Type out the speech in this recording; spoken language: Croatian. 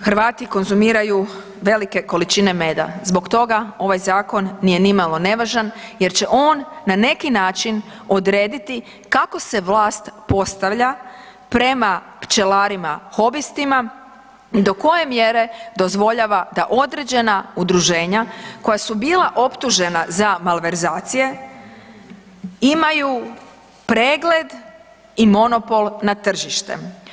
Hrvati konzumiraju velike količine meda, zbog toga ovaj zakon nije nimalo nevažan jer će on na neki način odrediti kako se vlast postavlja prema pčelarima hobistima i do koje mjere dozvoljava da određena udruženja koja su bila optužena za malverzacije, imaju pregled i monopol na tržište.